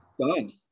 Done